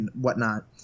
whatnot